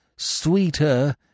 sweeter